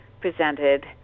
presented